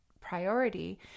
priority